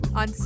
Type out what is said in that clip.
on